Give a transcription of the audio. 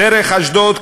דרך אשדוד,